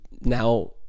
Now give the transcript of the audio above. now